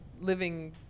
living